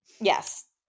Yes